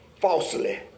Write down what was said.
falsely